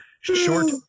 short